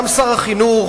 גם שר החינוך,